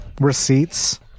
receipts